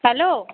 hello